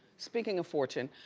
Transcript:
speaking of fortune,